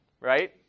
right